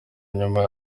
nyuma